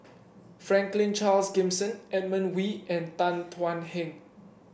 Franklin Charles Gimson Edmund Wee and Tan Thuan Heng